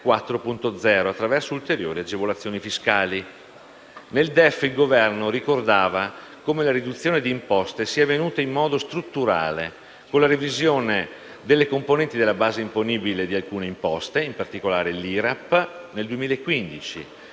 4.0 attraverso ulteriori agevolazioni fiscali. Nel DEF il Governo ricordava come la riduzione di imposte sia avvenuta in modo strutturale con la revisione delle componenti della base imponibile di alcune imposte, in particolare IRAP (per il